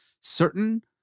certain